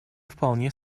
вполне